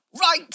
right